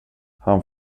han